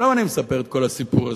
למה אני מספר את כל הסיפור הזה,